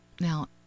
Now